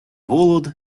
голод